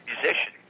musician